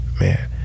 Man